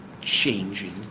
changing